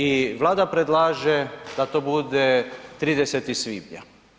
I Vlada predlaže da to bude 30. svibnja.